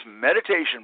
Meditation